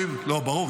ברור,